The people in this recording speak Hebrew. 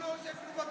לא עושה כלום,